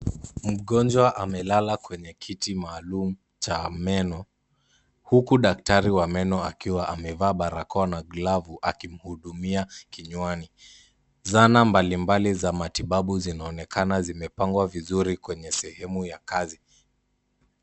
Mgonjwa amelala kwenye kiti maalum cha meno, huku daktari wa meno akiwa amevaa barakoa na glavu akimhudumia kinywani. Zana mbalimbali za matibabu zinaonekana zimepangwa vizuri kwenye sehemu ya kazi.